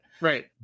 right